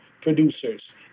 producers